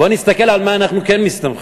בואו נראה על מה אנחנו כן מסתמכים.